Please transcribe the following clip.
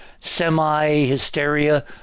semi-hysteria